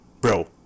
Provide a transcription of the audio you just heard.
bro